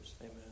Amen